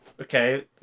okay